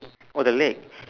oh the leg